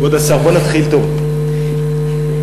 כבוד השר, בוא נתחיל טוב, בסדר?